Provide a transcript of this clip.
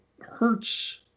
hurts